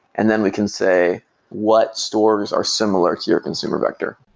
and then we can say what stores are similar to your consumer vector